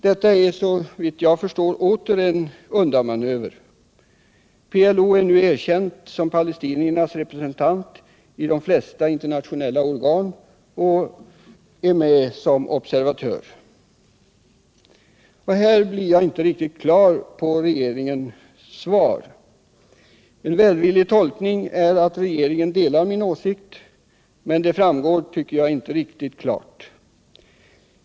Detta är, såvitt jag förstår, återigen en undanmanöver. PLO är nu erkänd som palestiniernas representant i de flesta internationella organ och är med som observatör. Här blir jag inte riktigt klar över regeringens svar. En välvillig tolkning är att regeringen delar min åsikt, men det framgår inte riktigt klart.